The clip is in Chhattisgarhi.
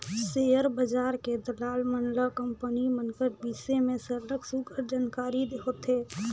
सेयर बजार के दलाल मन ल कंपनी मन कर बिसे में सरलग सुग्घर जानकारी होथे